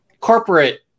corporate